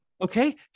okay